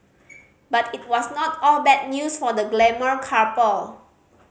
but it was not all bad news for the glamour couple